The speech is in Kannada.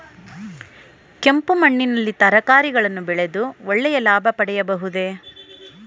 ಕೆಂಪು ಮಣ್ಣಿನಲ್ಲಿ ತರಕಾರಿಗಳನ್ನು ಬೆಳೆದು ಒಳ್ಳೆಯ ಲಾಭ ಪಡೆಯಬಹುದೇ?